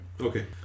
Okay